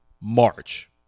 March